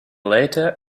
later